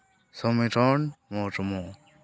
Somiron Murmu